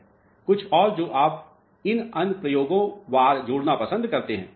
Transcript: कुछ और जो आप अनुप्रयोग वार जोड़ना पसंद करते हैं